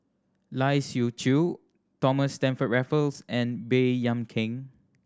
Lai Siu Chiu Thomas Stamford Raffles and Baey Yam Keng